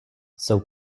jsou